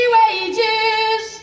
wages